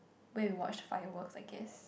go and watch fireworks I guess